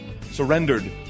Surrendered